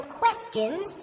questions